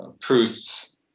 Proust's